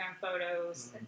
photos